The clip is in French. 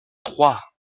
trois